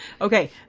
Okay